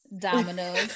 Dominoes